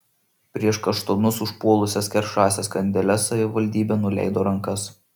prieš kaštonus užpuolusias keršąsias kandeles savivaldybė nuleido rankas